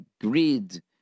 greed